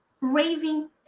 raving